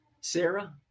Sarah